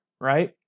right